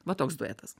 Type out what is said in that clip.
va toks duetas